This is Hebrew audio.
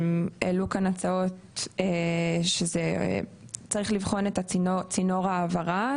העלו כאן הצעות שצריך לבחון את צינור ההעברה.